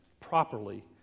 properly